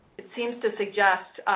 it seems to suggest,